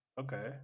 Okay